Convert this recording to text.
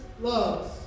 loves